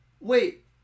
Wait